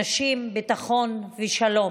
נשים, ביטחון ושלום.